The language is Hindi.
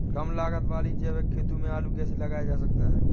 कम लागत वाली जैविक खेती में आलू कैसे लगाया जा सकता है?